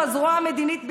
הוא הזרוע המדינית בלבד.